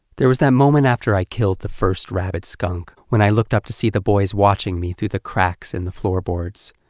there was that moment after i killed the first rabid skunk, when i looked up to see the boys watching me through the cracks in the floorboards.